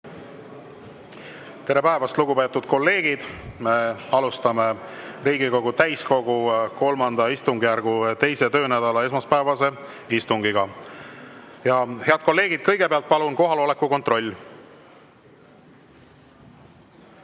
Tere päevast, lugupeetud kolleegid! Alustame Riigikogu täiskogu III istungjärgu 2. töönädala esmaspäevast istungit. Head kolleegid, kõigepealt palun kohaloleku kontroll.